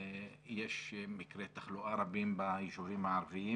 יש מקרי תחלואה רבים ביישובים הערבים